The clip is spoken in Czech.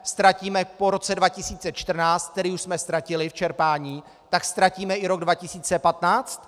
Ztratíme po roce 2014, který už jsme ztratili v čerpání, tak ztratíme i rok 2015?